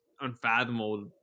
unfathomable